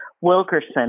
Wilkerson